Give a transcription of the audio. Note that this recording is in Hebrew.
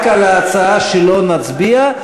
רק על ההצעה שלו נצביע.